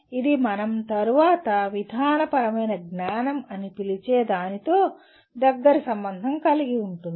ఇది మనం తరువాత విధానపరమైన జ్ఞానం అని పిలిచే దానితో దగ్గరి సంబంధం కలిగి ఉంటుంది